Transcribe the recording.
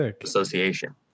association